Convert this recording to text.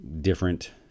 different